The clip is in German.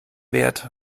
wert